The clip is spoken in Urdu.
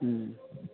ہوں